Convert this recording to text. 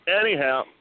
anyhow